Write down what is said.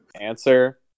answer